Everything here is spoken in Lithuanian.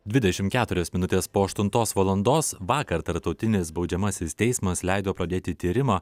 dvidešimt keturios minutės po aštuntos valandos vakar tarptautinis baudžiamasis teismas leido pradėti tyrimą